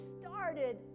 started